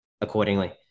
accordingly